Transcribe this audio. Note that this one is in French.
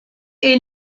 est